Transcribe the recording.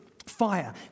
fire